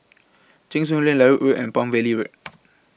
Cheng Soon Lane Larut Road and Palm Valley Road